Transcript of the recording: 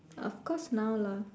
of course now lah